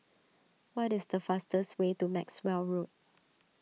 what is the fastest way to Maxwell Road